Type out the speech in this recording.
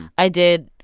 i did,